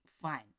fine